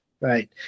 Right